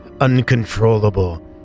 Uncontrollable